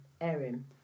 Erin